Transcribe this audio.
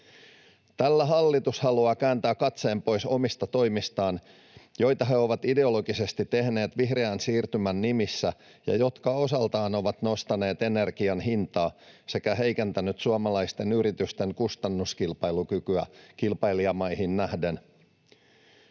Tällä hallitus haluaa kääntää katseen pois omista toimistaan, joita he ovat ideologisesti tehneet vihreän siirtymän nimissä ja jotka osaltaan ovat nostaneet energian hintaa sekä heikentäneet suomalaisten yritysten kustannuskilpailukykyä kilpailijamaihin nähden.